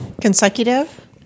Consecutive